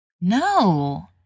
No